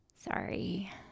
Sorry